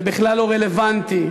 זה בכלל לא רלוונטי.